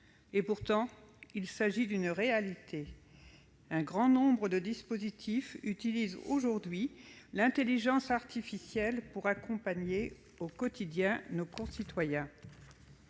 l'un de l'autre. En réalité, un grand nombre de dispositifs utilisent aujourd'hui l'intelligence artificielle pour accompagner au quotidien nos concitoyens.